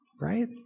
right